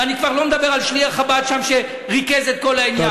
ואני כבר לא מדבר על שליח חב"ד שריכז את כל העניין.